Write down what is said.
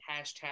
Hashtag